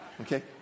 Okay